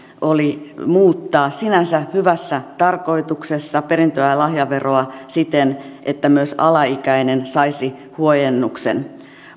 oli muuttaa sinänsä hyvässä tarkoituksessa perintö ja lahjaveroa siten että myös alaikäinen saisi huojennuksen